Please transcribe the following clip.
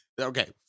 Okay